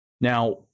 Now